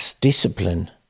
discipline